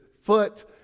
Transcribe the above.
foot